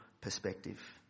perspective